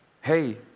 Hey